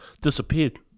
disappeared